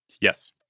Yes